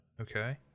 Okay